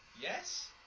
Yes